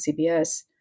CBS